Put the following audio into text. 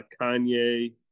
Kanye